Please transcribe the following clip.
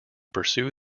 pursue